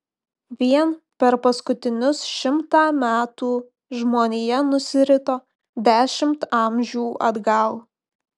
vien per paskutinius šimtą metų žmonija nusirito dešimt amžių atgal